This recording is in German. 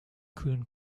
kühlen